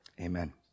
amen